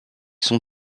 sont